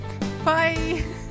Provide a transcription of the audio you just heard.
bye